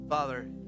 Father